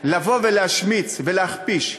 ולהשמיץ ולהכפיש,